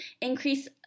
increase